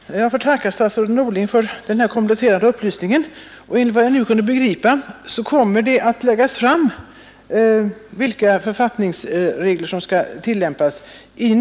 Fru talman! Jag får tacka statsrådet Norling för den här kompletterande upplysningen. Enligt vad jag nu kunde begripa kommer en nu sittande utredning att lägga fram förslag om vilka författningsregler som skall tillämpas.